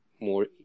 more